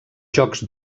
jocs